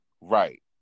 Right